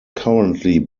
currently